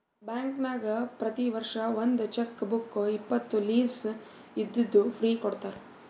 ಬ್ಯಾಂಕ್ನಾಗ್ ಪ್ರತಿ ವರ್ಷ ಒಂದ್ ಚೆಕ್ ಬುಕ್ ಇಪ್ಪತ್ತು ಲೀವ್ಸ್ ಇದ್ದಿದ್ದು ಫ್ರೀ ಕೊಡ್ತಾರ